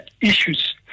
issues